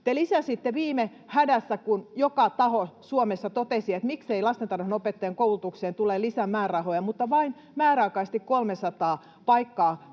Te lisäsitte viime hädässä, kun joka taho Suomessa totesi, että miksei lastentarhanopettajan koulutukseen tulee lisämäärärahoja, mutta vain määräaikaisesti 300 paikkaa,